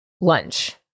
lunch